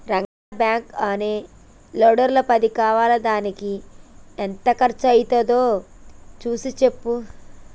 Rangayya backhoe అనే లోడర్ల పది కావాలిదానికి ఎంత కర్సు అవ్వుతాదో సూసి సెప్పు